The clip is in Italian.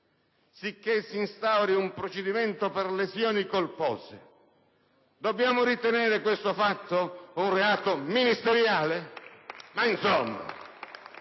che si instauri un procedimento per lesioni colpose: dobbiamo ritenere questo fatto un reato ministeriale? *(Applausi